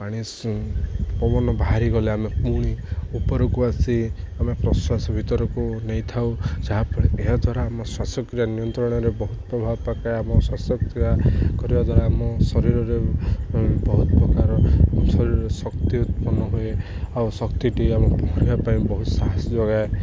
ପାଣି ପବନ ବାହାରି ଗଲେ ଆମେ ପୁଣି ଉପରକୁ ଆସି ଆମେ ପ୍ରଶ୍ଵାସ ଭିତରକୁ ନେଇଥାଉ ଯାହାଫଳରେ ଏହାଦ୍ୱାରା ଆମ ଶ୍ୱାସକ୍ରିୟା ନିୟନ୍ତ୍ରଣରେ ବହୁତ ପ୍ରଭାବ ପକାଏ ଆମ ଶ୍ୱାସ୍ୟକ୍ରିୟା କରିବା ଦ୍ୱାରା ଆମ ଶରୀରରେ ବହୁତ ପ୍ରକାର ଶରୀରରେ ଶକ୍ତି ଉତ୍ପନ୍ନ ହୁଏ ଆଉ ଶକ୍ତିଟି ଆମେ ପହଁରିବା ପାଇଁ ବହୁତ ସାହାସ ଯୋଗାଏ